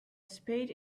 spade